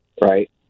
right